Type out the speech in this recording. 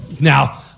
Now